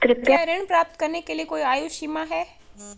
क्या ऋण प्राप्त करने के लिए कोई आयु सीमा है?